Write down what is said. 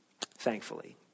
thankfully